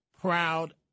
proud